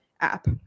app